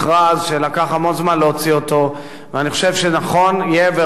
ואני חושב שנכון וראוי יהיה לקדם את המכרז ולהגיע לסיכומו,